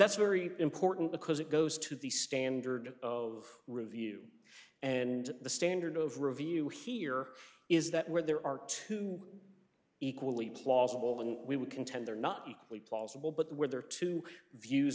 that's very important because it goes to the standard of review and the standard of review here is that where there are two equally plausible and we would contend they're not equally plausible but where there are two views